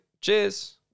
Cheers